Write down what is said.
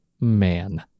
man